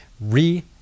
re